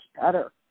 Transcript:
better